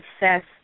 assess